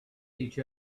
each